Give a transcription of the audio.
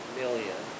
million